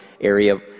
area